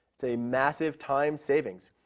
it's a massive time savings.